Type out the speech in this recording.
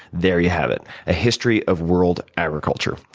there you have it a history of world agriculture.